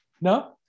No